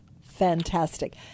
fantastic